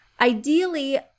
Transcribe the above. ideally